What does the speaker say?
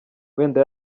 wenda